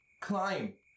Climb